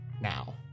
now